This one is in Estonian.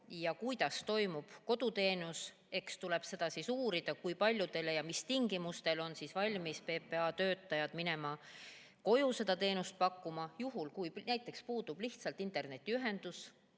tea, kuidas toimib koduteenus. Eks tuleb uurida, kui paljudele ja mis tingimustel on valmis PPA töötajad minema koju seda teenust pakkuma, juhul kui näiteks lihtsalt puudub internetiühendus,